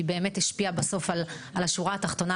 היא באמת השפיעה בסוף על השורה התחתונה,